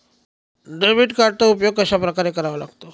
Debit कार्डचा उपयोग कशाप्रकारे करावा लागतो?